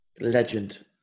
Legend